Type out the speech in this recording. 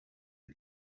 bar